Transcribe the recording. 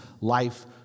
life